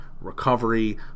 recovery